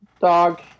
Dog